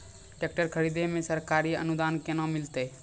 Tractor खरीदै मे सरकारी अनुदान केना मिलतै?